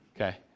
okay